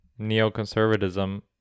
neoconservatism